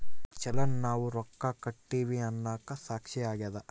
ಚಲನ್ ನಾವ್ ರೊಕ್ಕ ಕಟ್ಟಿವಿ ಅನ್ನಕ ಸಾಕ್ಷಿ ಆಗ್ಯದ